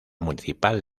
municipal